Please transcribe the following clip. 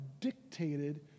dictated